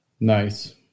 nice